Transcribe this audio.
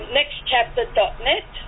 Nextchapter.net